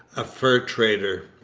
a fur trader.